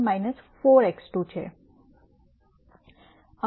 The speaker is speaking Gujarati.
5 x1 4 x2 છે